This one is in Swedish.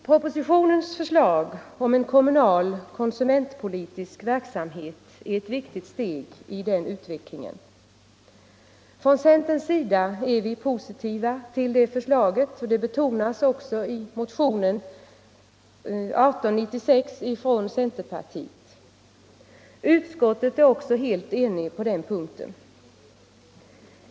Propositionens förslag om en kommunal konsumentpolitisk verksamhet är ett viktigt steg i den utvecklingen. Inom centern är vi positiva till förslaget, vilket också betonas i motionen 1896 från centerpartiet. Utskottet är också helt enhälligt på den punkten.